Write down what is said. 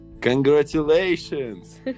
Congratulations